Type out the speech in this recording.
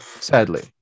sadly